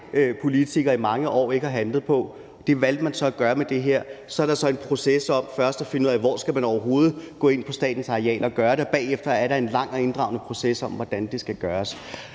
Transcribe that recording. politikere i mange år desværre ikke har handlet på. Det valgte man så at gøre med det her. Så er der så en proces med først at finde ud af, hvor man overhovedet skal gå ind på statens arealer og gøre det, og bagefter er der en lang og inddragende proces med, hvordan det skal gøres.